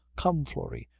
come, florrie,